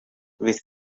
with